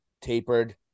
tapered